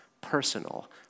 personal